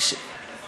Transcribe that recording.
תמשיכי את הנאום.